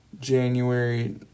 January